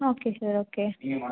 okay sir okay